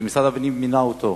שמשרד הפנים מינה אותו.